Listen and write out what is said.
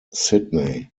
sydney